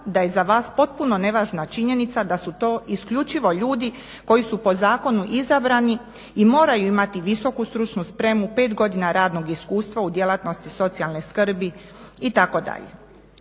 da je za vas potpuno nevažna činjenica da su to isključivo ljudi koji su po zakonu izabrani i moraju imati visoku stručnu spremu, 5 godina radnog iskustva u djelatnosti socijalne skrbi itd.